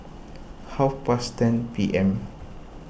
half past ten P M